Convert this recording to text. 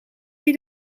die